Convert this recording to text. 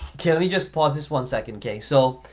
can we just pause this one second, okay? so,